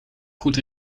goed